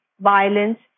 violence